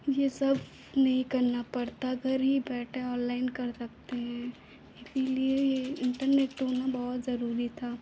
यह सब नहीं करना पड़ता घर ही बैठे ऑनलाइन कर सकते हैं इसलिए यह इन्टरनेट होना बहुत ज़रूरी था